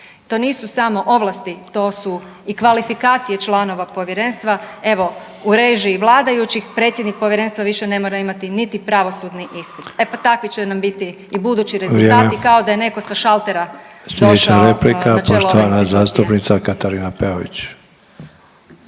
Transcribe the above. To nisu samo ovlasti, to su i kvalifikacije članova povjerenstva. Evo u režiji vladajućih predsjednik povjerenstva više ne mora imati niti pravosudni ispit, e pa takvi će nam biti i budući rezultati…/Upadica: Vrijeme/…kao da je netko sa šaltera došao na čelo ove institucije.